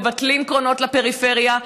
מבטלים קרונות לפריפריה,